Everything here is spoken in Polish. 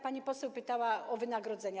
Pani poseł pytała o wynagrodzenia.